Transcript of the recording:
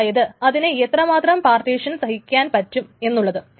അതായത് അതിന് എത്രമാത്രം പാർട്ടീഷൻ സഹിക്കുവാൻ പറ്റും എന്നുള്ളത്